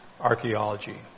archaeology